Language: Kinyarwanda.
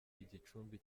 igicumbi